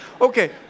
okay